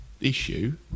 issue